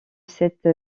cette